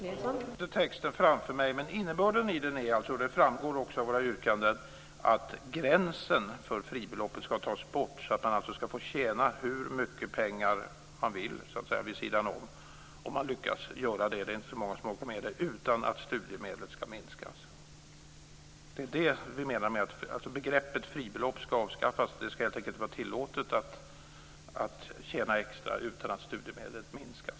Fru talman! Jag har inte texten framför mig, men innebörden i den är - det framgår av våra yrkanden - att gränsen för fribeloppet ska tas bort så att man ska få tjäna hur mycket pengar man vill vid sidan om utan att studiemedlet ska minskas, även om det kanske inte är så många som orkar med det. Begreppet fribelopp ska alltså avskaffas. Det ska helt enkelt vara tillåtet att tjäna extra utan att studiemedlet minskas.